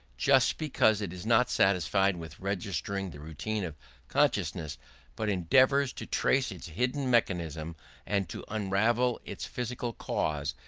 just because it is not satisfied with registering the routine of consciousness but endeavours to trace its hidden mechanism and to unravel its physical causes,